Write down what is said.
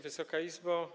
Wysoka Izbo!